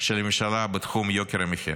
של הממשלה בתחום יוקר המחיה.